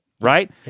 right